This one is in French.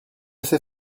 fait